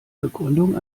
begründung